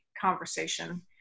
conversation